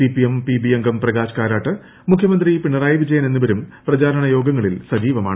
C P M P B അംഗം പ്രകാശ് കാരാട്ട് മുഖ്യമന്ത്രി പിണറായി വിജയൻ എന്നിവരും പ്രചാരണയോഗങ്ങളിൽ സജീവമാണ്